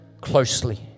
closely